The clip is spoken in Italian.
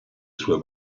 suoi